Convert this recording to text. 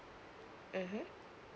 mmhmm